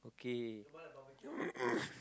okay